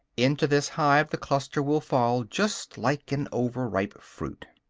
into this hive the cluster will fall just like an over-ripe fruit.